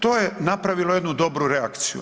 To je napravilo jednu dobru reakciju.